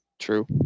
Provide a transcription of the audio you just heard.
true